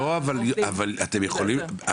לא אבל אתם יכולים.